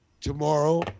tomorrow